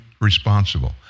Responsible